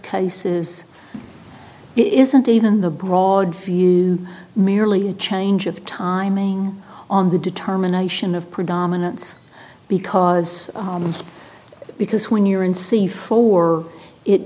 cases it isn't even the broad merely change of timing on the determination of predominance because because when you're in c for it